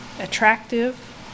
attractive